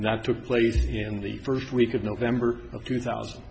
now took place in the first week of november two thousand